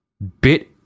bit